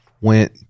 went